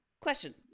Question